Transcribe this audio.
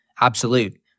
absolute